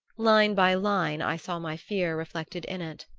line by line i saw my fear reflected in it.